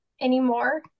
anymore